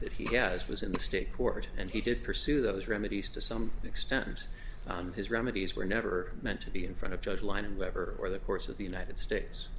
that he has was in the state court and he did pursue those remedies to some extent and his remedies were never meant to be in front of judge line and whatever or the course of the united states